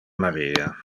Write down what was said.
maria